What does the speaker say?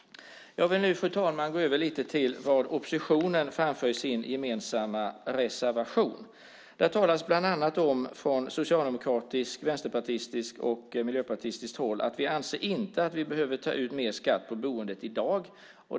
Jag vill nu, fru talman, gå över till något av det som oppositionen framför i sin gemensamma reservation. Där talas från socialdemokratiskt, vänsterpartistiskt och miljöpartistiskt håll om att man inte anser att vi behöver ta ut mer skatt på boendet i dag.